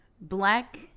black